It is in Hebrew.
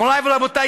מוריי ורבותיי,